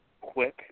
quick